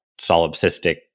solipsistic